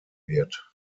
wird